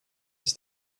ist